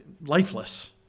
lifeless